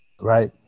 Right